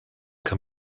can